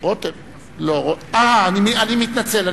אני מתנצל.